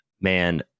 man